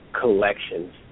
collections